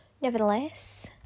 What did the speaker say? Nevertheless